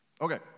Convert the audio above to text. Okay